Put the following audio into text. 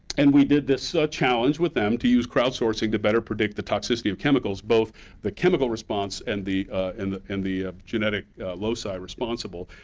and we did this ah challenge with them to use crowdsourcing to better predict the toxicity of chemicals, both the chemical response and the and the and genetic loci responsible.